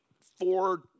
four